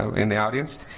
in the audience